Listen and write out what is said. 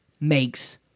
makes